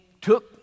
took